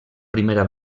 primera